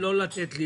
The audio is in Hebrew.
לא לתת לי